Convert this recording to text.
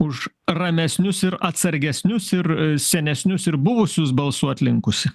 už ramesnius ir atsargesnius ir senesnius ir buvusius balsuot linkusi